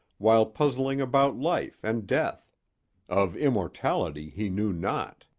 while puzzling about life and death of immortality he knew not.